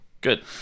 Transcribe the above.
Good